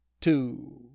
two